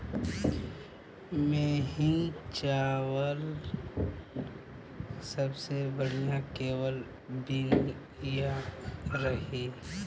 महीन चावल बदे सबसे बढ़िया केकर बिया रही?